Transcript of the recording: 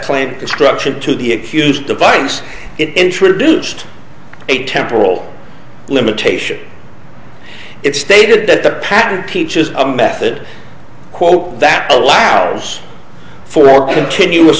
plant construction to the accused device it introduced a temporal limitation it stated that the pattern peaches a method quote that allows for continuous